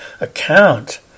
account